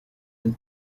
del